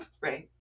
right